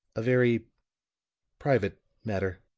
a very private matter.